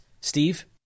Steve